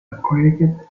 uncredited